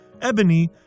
Ebony